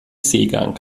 seegang